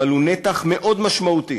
אבל הוא נתח מאוד משמעותי